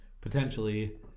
potentially